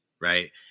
right